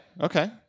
okay